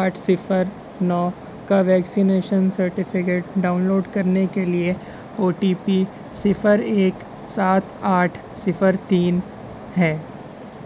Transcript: آٹھ صفر نو کا ویکسینیشن سرٹیفکیٹ ڈاؤن لوڈ کرنے کے لیے او ٹی پی صفر ایک سات آٹھ صفر تین ہے